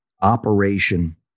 operation